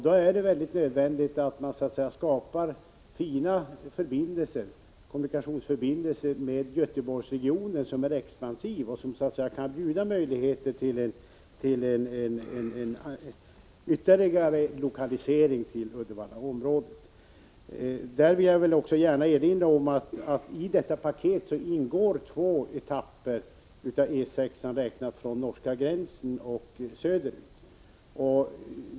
Då är det nödvändigt att skapa fina kommunikationer med Göteborgsregionen, som är expansiv och som kan erbjuda möjligheter till ytterligare lokalisering till Uddevallaområdet. Jag vill också gärna erinra om att i detta paket ingår två etapper av E 6, räknat från norska gränsen och söderut.